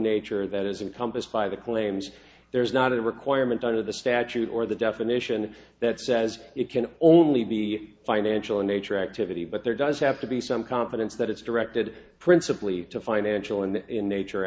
nature that isn't compass by the claims there's not a requirement under the statute or the definition of that says it can only be financial in nature activity but there does have to be some confidence that it's directed principally to financial and in nature